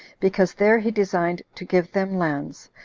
because there he designed to give them lands,